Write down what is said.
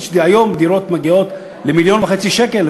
שהיום דירות מגיעות ל-1.5 מיליון שקל,